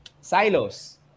Silos